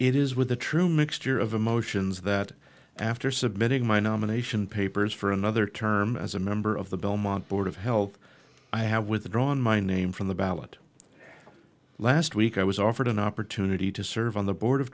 it is with a true mixture of emotions that after submitting my nomination papers for another term as a member of the belmont board of health i have withdrawn my name from the ballot last week i was offered an opportunity to serve on the board of